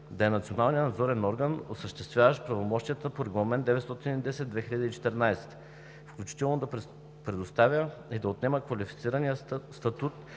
да е Националният надзорен орган, осъществяващ правомощията по Регламент (ЕС) № 910/2014, включително да предоставя и да отнема квалифицирания статут